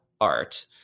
art